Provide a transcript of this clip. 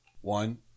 One